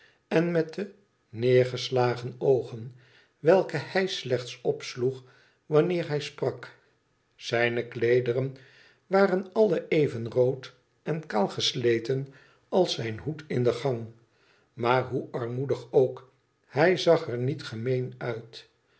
en met de neergeslagen oogen welke hij slechts opsloeg wanneer hij sprak zijne kleederen waren alle even rood en kaal gesleten als zijn hoed in de gang maar hoe armoedig ook hij zag er niet gemeen nit